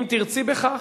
אם תרצי בכך,